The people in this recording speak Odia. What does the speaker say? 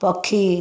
ପକ୍ଷୀ